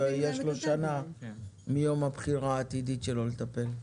יש לו שנה מיום הבחירה העתידית שלו לטפל.